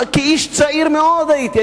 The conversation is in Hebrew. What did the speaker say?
איש צעיר מאוד הייתי,